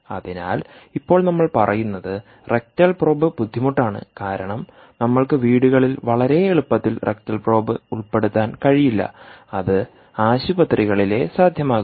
അതിനാൽ ഇപ്പോൾ നമ്മൾ പറയുന്നത് റെക്ടൽ പ്രോബ് ബുദ്ധിമുട്ടാണ് കാരണം നമ്മൾക്ക് വീടുകളിൽ വളരെ എളുപ്പത്തിൽ റെക്ടൽ പ്രോബ് ഉൾപ്പെടുത്താൻ കഴിയില്ലഅത് ആശുപത്രികളിലെ സാധ്യമാകൂ